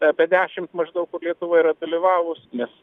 apie dešimt maždaug kur lietuva yra dalyvavus nes